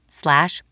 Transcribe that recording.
slash